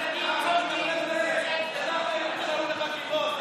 הוא היה שולח אותם להאג,